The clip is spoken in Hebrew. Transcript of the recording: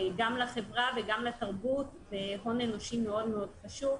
גם לחברה וגם לתרבות והון אנושי מאוד חשוב.